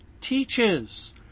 teaches